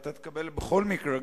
ואתה תקבל בכל מקרה,